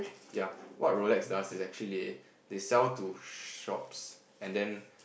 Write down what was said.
yea what Rolex does is actually they sell to shops and then